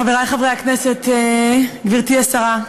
חברי חברי הכנסת, גברתי השרה,